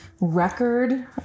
record